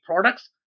products